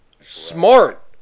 smart